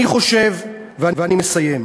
אני חושב, ואני מסיים,